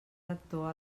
lector